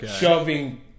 shoving